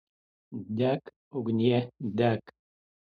dek ugnie dek